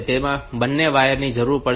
તેથી તમને બે વાયર ની જરૂર પડશે